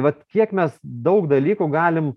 vat kiek mes daug dalykų galim